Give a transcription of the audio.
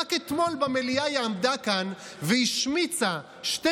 ורק אתמול במליאה היא עמדה כאן והשמיצה שתי